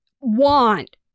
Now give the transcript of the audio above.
want